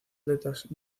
aletas